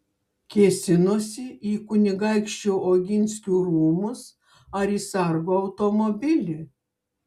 kėsinosi į kunigaikščių oginskių rūmus ar į sargo automobilį